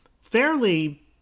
fairly